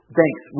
Thanks